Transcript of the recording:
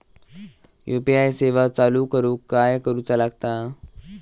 UPI सेवा चालू करूक काय करूचा लागता?